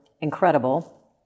incredible